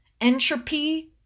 entropy